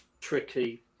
tricky